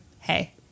hey